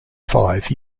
five